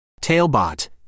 Tailbot